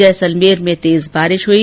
जैसलमेर में तेज बारिश हई